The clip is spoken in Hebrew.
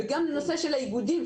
וגם לנושא של האיגודים,